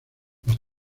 las